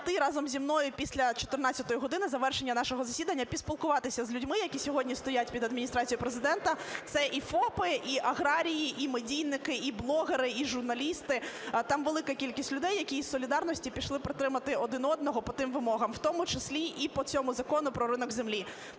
разом зі мною після 14 години, завершення нашого засідання, поспілкуватися з людьми, які сьогодні стоять під Адміністрацією Президента. Це і ФОПи, і аграрії, і медійники, і блогери, і журналісти, там велика кількість людей, які із солідарності пішли підтримати один одного по тим вимогам, в тому числі і по цьому Закону про ринок землі.